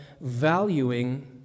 valuing